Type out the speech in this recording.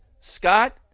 Scott